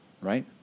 right